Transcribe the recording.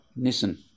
Nissan